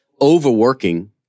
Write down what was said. overworking